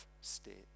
state